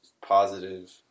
positive